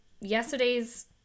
yesterday's